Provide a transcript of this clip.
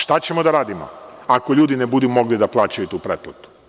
Šta ćemo da radimo ako ljudi ne budu mogli da plaćaju tu pretplatu.